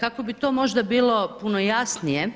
Kako bi to možda bilo puno jasnije,